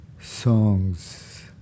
songs